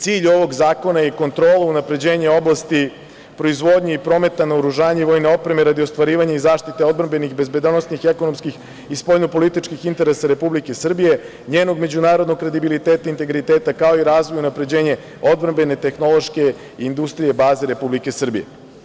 Cilj ovog zakona je kontrola unapređenja oblasti proizvodnje i prometa naoružanja i vojne opreme radi ostvarivanja zaštite odbrambenih, bezbednosnih, ekonomskih i spoljnopolitičkih interesa Republike Srbije, njenog međunarodnog kredibiliteta, integriteta, kao i razvoj i unapređenje odbrambene, tehnološke industrije baze Republike Srbije.